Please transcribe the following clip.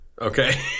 Okay